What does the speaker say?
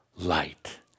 light